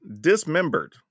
dismembered